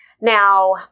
Now